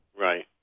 Right